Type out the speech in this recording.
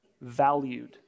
valued